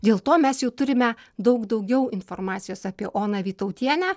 dėl to mes jau turime daug daugiau informacijos apie oną vytautienę